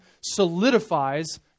solidifies